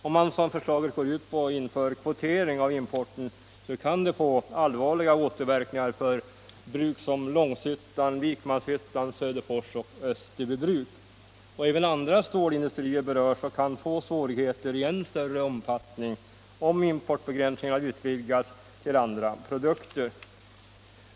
Om man, som förslaget går ut på, inför kvotering av importen, så kan det få allvarliga återverkningar för bruk som Långshyttan, Vikmanshyttan, Söderfors och Österbybruk. Även andra stålindustrier berörs och kan få svårigheter i än större omfattning om importbegränsningarna utvidgas till andra produkter.